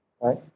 right